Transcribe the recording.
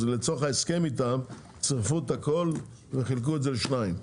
לצורך ההסכם איתם צירפו את הכול וחילקו את זה לשניים.